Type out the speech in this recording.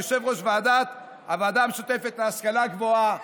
יושב-ראש הוועדה המשותפת להשכלה גבוהה.